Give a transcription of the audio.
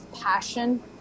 passion